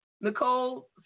Nicole